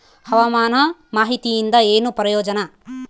ಹವಾಮಾನ ಮಾಹಿತಿಯಿಂದ ಏನು ಪ್ರಯೋಜನ?